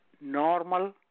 Normal